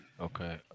Okay